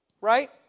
right